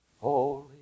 holy